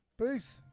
Peace